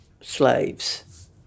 slaves